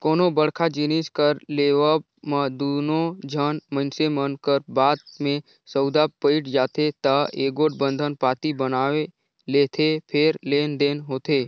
कोनो बड़का जिनिस कर लेवब म दूनो झन मइनसे मन कर बात में सउदा पइट जाथे ता एगोट बंधन पाती बनवाए लेथें फेर लेन देन होथे